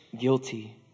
Guilty